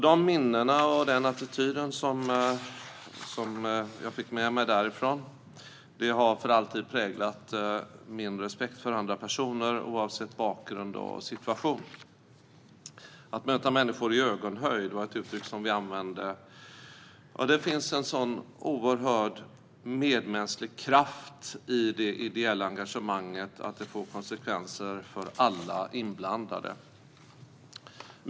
De minnen och den attityd jag har med mig därifrån har för alltid präglat min respekt för andra personer, oavsett bakgrund och situation. Att möta människor i ögonhöjd, var ett uttryck som vi använde. Det finns en sådan oerhörd medmänsklig kraft i det ideella engagemanget att det får konsekvenser för alla inblandade.